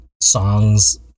songs